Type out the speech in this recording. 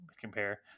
compare